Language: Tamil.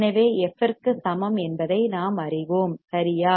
எனவே எஃப் f ற்கு சமம் என்பதை நாம் அறிவோம் சரியா